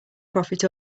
profit